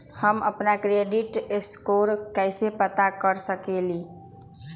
हम अपन credit score कैसे पता कर सकेली?